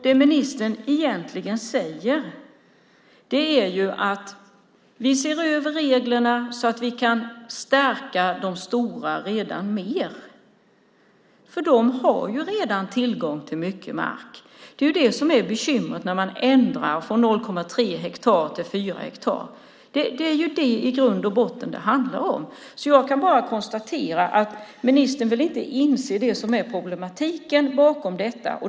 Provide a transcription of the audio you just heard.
Det ministern egentligen säger är: Vi ser över reglerna så att vi kan stärka de redan stora mer. De har ju redan tillgång till mycket mark. Det är det som är bekymret när man ändrar från 0,3 till 4 hektar. Det är det som det i grund och botten handlar om. Jag kan bara konstatera att ministern inte vill inse det som är problematiken bakom detta.